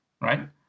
right